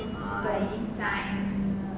mmhmm betul